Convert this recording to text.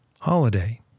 holiday